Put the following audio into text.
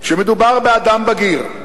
כשמדובר באדם בגיר,